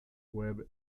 webb